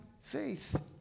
faith